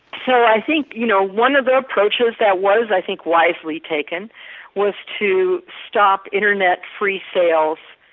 so i think you know one of the approaches that was, i think, wisely taken was to stop internet free sale,